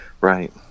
Right